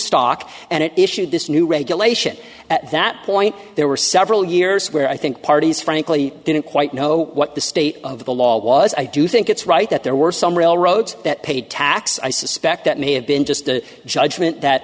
stock and it issued this new regulation at that point there were several years where i think parties frankly didn't quite know what the state of the law was i do think it's right that there were some railroads that paid tax i suspect that may have been just a judgment that